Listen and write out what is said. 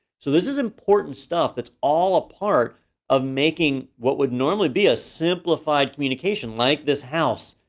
so this is important stuff that's all a part of making what would normally be a simplified communication, like this house.